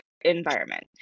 environment